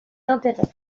d’intérêt